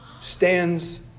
stands